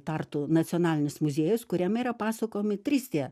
tartu nacionalinis muziejus kuriame yra pasakojami trys tie